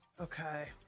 Okay